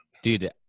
Dude